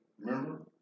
Remember